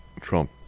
Trump